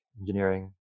engineering